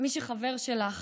מי שחבר שלך,